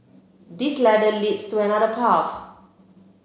this ladder leads to another path